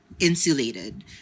insulated